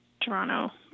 Toronto